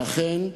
ואכן,